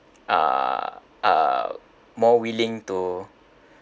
uh uh more willing to